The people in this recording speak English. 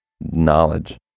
knowledge